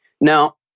Now